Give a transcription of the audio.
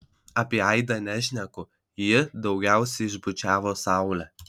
apie aidą nešneku jį daugiausiai išbučiavo saulė